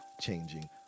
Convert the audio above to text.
changing